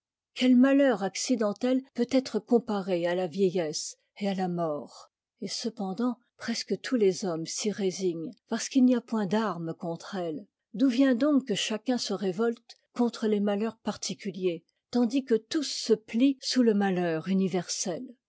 quel malheur accidentel peut être comparé à la vieillesse et à la mort et cependant presque tous les hommes s'y résignent parce qu'il n'y a point d'armes contre elles d'où vient donc que chacun se révolte contre les malheurs particuliers tandis que tous se plient sous le malheur universel